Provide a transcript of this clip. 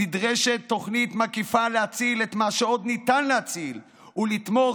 נדרשת תוכנית מקיפה להציל את מה שעוד ניתן להציל ולתמוך